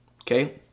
okay